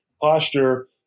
posture